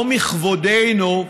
לא מכבודנו.